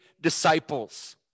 disciples